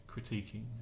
critiquing